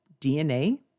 DNA